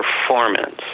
performance